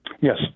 Yes